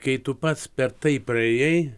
kai tu pats per tai praėjai